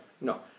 no